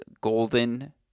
golden